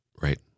Right